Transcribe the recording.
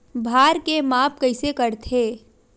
भार के माप कइसे करथे?